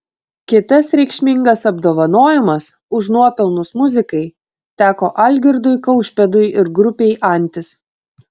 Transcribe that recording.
kitas reikšmingas apdovanojimas už nuopelnus muzikai teko algirdui kaušpėdui ir grupei antis